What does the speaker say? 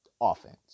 offense